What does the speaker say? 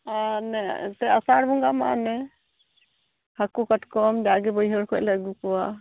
ᱟᱨ ᱚᱱᱮ ᱮᱱᱛᱮᱫ ᱟᱥᱟᱲ ᱵᱚᱸᱜᱟ ᱢᱟ ᱚᱱᱮ ᱦᱟᱹᱠᱩ ᱠᱟᱴᱠᱚᱢ ᱡᱟᱜᱮ ᱵᱟᱹᱭᱦᱟᱹᱲ ᱠᱷᱚᱱ ᱞᱮ ᱟᱹᱜᱩ ᱠᱚᱣᱟ